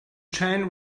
chain